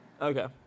Okay